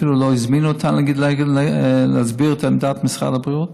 אפילו לא הזמינו אותנו להסביר את עמדת משרד הבריאות.